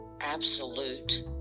absolute